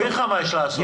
אני אסביר לך מה יש לעשות.